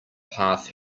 path